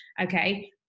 okay